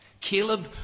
Caleb